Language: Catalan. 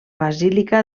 basílica